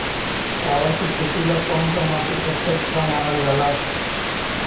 चावल के खेती ला कौन माटी सबसे अच्छा मानल जला?